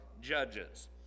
judges